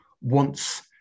wants